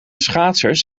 schaatsers